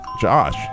Josh